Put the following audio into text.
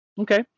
Okay